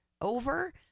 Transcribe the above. over